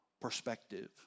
perspective